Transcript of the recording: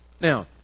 Now